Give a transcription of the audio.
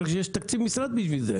רק שיש תקציב משרד לשם כך,